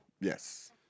Yes